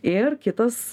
ir kitas